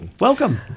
Welcome